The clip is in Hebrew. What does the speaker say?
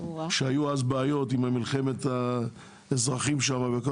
היו אז בעיות עם מלחמת האזרחים שם וכל